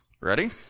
Ready